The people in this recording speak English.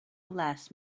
less